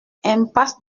impasse